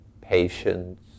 patience